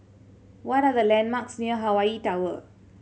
what are the landmarks near Hawaii Tower